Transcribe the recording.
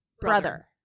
Brother